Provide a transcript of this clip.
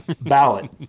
ballot